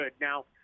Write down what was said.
Now